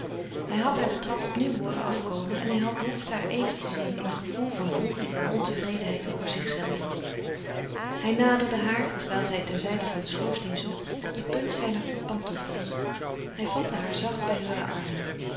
hij had haar de trap opnieuw hooren afkomen en hij had behoefte haar even te zien in een gevoel van wroeging en ontevredenheid over zichzelven hij naderde haar terwijl zij terzijde van den schoorsteen zocht op de punt zijner pantoffels hij vatte haar zacht bij heure armen